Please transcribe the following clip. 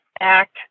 act